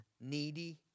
needy